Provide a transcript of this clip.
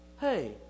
Hey